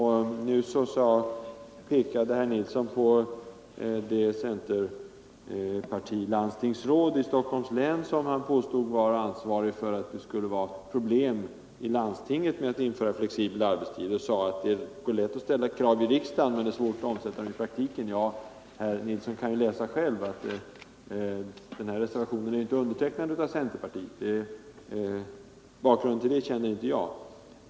Herr Nilsson nämnde ett centerpartistiskt landstingsråd i Stockholms län, som han påstod var ansvarig för att det var problem med att införa flexibel arbetstid i landstinget, och sade att det är lätt att ställa krav i riksdagen men det är svårt att omsätta dem i praktiken. Ja, herr Nilsson kan ju själv i betänkandet se att reservationen inte har undertecknats av centerpartisterna i utskottet. Bakgrunden till det känner inte jag.